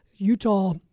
Utah